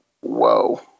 whoa